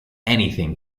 anything